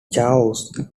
chaos